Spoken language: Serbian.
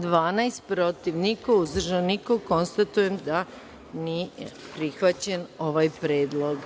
12, protiv – niko, uzdržanih – nema. Konstatujem da nije prihvaćen ovaj predlog.